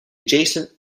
adjacent